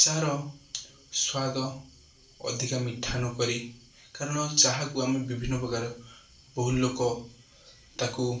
ଚା'ର ସ୍ୱାଦ ଅଧିକ ମିଠା ନ କରି କାରଣ ଚା'କୁ ଆମେ ବିଭିନ୍ନ ପ୍ରକାର ବହୁ ଲୋକ ତାକୁ